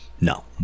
no